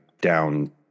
down